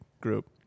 group